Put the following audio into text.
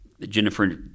Jennifer